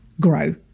grow